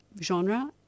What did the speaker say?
genre